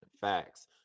Facts